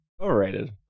Overrated